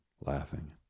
laughing